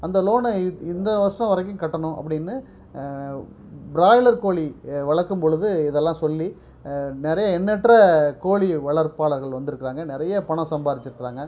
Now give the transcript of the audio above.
அந்த லோனை இ இந்த வருடம் வரைக்கும் கட்டணும் அப்படின்னு ப்ராய்லர் கோழி வளர்க்கும் பொழுது இதெல்லாம் சொல்லி நிறைய எண்ணற்ற கோழி வளர்ப்பாளர்கள் வந்துருக்கிறாங்க நிறைய பணம் சம்பாதிச்சிருக்குறாங்க